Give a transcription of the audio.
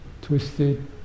Twisted